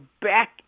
back